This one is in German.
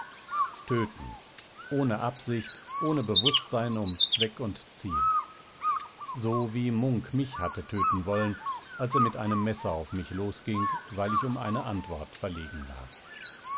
töten ohne absicht ohne bewußtsein um zweck und ziel so wie munk mich hatte töten wollen als er mit einem messer auf mich losging weil ich um eine antwort verlegen war